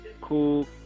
cool